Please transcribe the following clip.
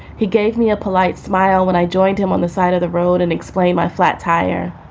he gave me a polite smile when i joined him on the side of the road and explained my flat tire.